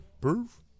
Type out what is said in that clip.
Proof